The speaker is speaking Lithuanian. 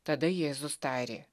tada jėzus tarė